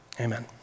Amen